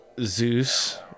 zeus